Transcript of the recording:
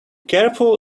careful